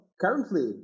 currently